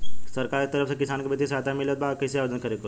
सरकार के तरफ से किसान के बितिय सहायता मिलत बा कइसे आवेदन करे के होई?